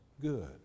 good